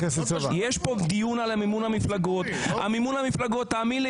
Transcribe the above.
יש כאן דיון על מימון המפלגות והאמן לי,